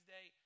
Day